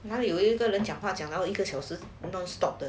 哪里有一个人讲话讲到一个小时 non stop the